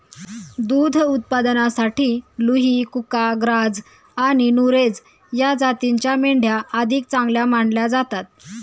दुध उत्पादनासाठी लुही, कुका, ग्राझ आणि नुरेझ या जातींच्या मेंढ्या अधिक चांगल्या मानल्या जातात